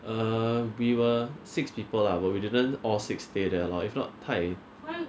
err we were six people lah but we didn't all six stay there lor if not 太